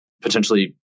potentially